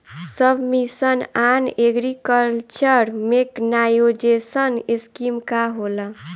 सब mission on agriculture mechanisation scheme का होला?